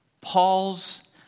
Paul's